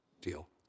deal